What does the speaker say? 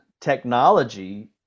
technology